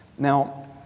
Now